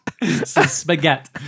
Spaghetti